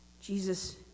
Jesus